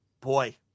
boy